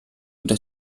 oder